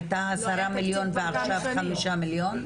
היה 10 מיליון ועכשיו יש 5 מיליון?